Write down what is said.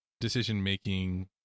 decision-making